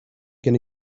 gonna